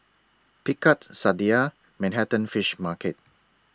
Picard Sadia and Manhattan Fish Market